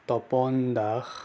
Tapan Das